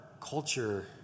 culture